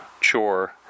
chore